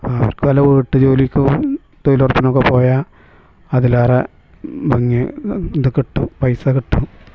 അപ്പം അവർക്ക് വല്ല വീട്ടുജോലിക്കൊ തൊഴിലുറപ്പിനൊക്കെ പോയാൽ അതിലേറെ ഭംഗി ഇതു കിട്ടും പൈസ കിട്ടും